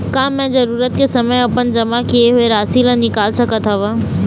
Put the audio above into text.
का मैं जरूरत के समय अपन जमा किए हुए राशि ला निकाल सकत हव?